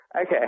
Okay